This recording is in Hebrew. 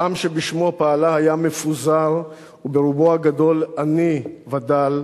העם שבשמו פעלה היה מפוזר, וברובו הגדול עני ודל,